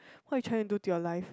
why trying do to your life